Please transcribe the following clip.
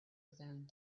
within